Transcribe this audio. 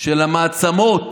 של המעצמות